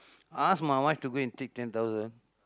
I ask my wife to go and take ten thousand